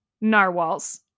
narwhals